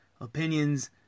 opinions